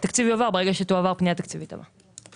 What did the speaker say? התקציב יועבר ברגע שתועבר הפנייה התקציבית הבאה,